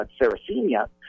Saracenia